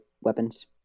weapons